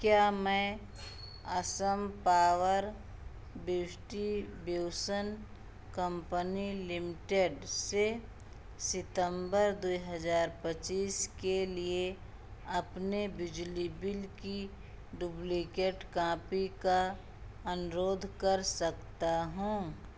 क्या मैं Assam power distribution company limited से सितंबर दूइ हज़ार पच्चीस के लिए अपने बिजली बिल की डुब्लिकेट कॉपी का अनुरोध कर सकता हूँ